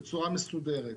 בצורה מסודרת.